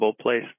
place